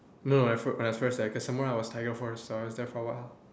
no when I I was first there cause some more I was tiger force so I was there for a while